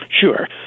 Sure